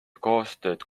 koostööd